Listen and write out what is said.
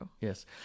Yes